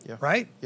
right